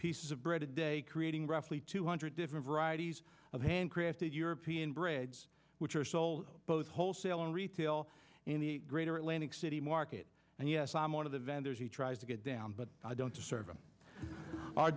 pieces of bread a day creating roughly two hundred different varieties of handcrafted european breads which are sold both wholesale and retail in the greater atlantic city market and yes i'm one of the vendors he tries to get down but i don't serve him our